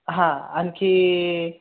हां आणखी